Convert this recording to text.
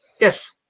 Yes